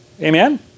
Amen